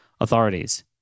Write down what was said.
authorities